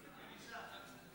ו-10378.